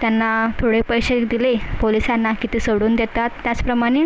त्यांना थोडे पैसे दिले पोलिसांना की ते सोडून देतात त्याचप्रमाणे